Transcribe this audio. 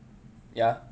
ya